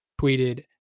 tweeted